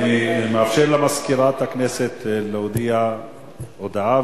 אני מאפשר למזכירת הכנסת להודיע הודעה,